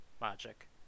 magic